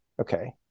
Okay